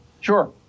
Sure